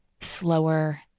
slower